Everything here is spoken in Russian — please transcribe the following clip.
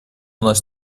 наш